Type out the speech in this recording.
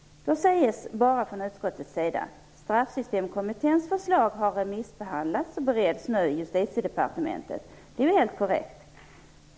Från utskottets sida säger man: "Straffsystemkommitténs förslag har remissbehandlats och bereds nu i Justitiedepartementet." Det är helt korrekt.